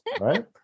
right